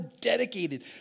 dedicated